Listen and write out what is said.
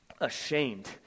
ashamed